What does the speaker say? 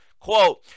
Quote